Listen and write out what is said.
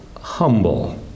humble